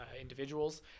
individuals